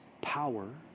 power